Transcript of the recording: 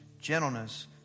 gentleness